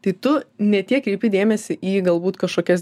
tai tu ne tiek kreipi dėmesį į galbūt kažkokias